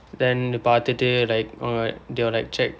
then பார்த்துவிட்டு:paarththuvitdu like uh they will like check